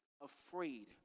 afraid